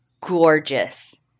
gorgeous